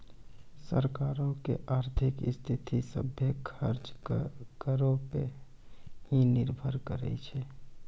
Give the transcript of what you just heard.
सरकारो के आर्थिक स्थिति, सभ्भे खर्च करो पे ही निर्भर करै छै